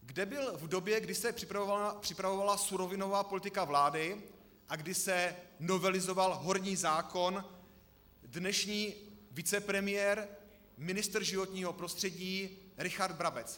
Kde byl v době, kdy se připravovala surovinová politika vlády a kdy se novelizoval horní zákon dnešní vicepremiér, ministr životního prostředí Richard Brabec?